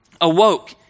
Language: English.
awoke